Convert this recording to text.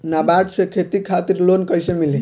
नाबार्ड से खेती खातिर लोन कइसे मिली?